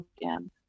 again